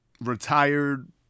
retired